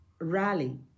rally